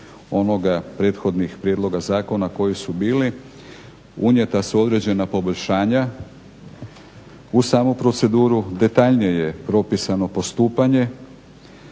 onoga, prethodnih prijedloga zakona koji su bili, unijeta su određena poboljšanja u samu proceduru, detaljnije je propisano postupanje